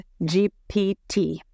GPT